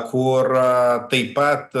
kur taip pat